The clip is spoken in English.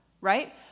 right